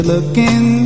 Looking